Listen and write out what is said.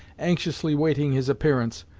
anxiously waiting his appearance,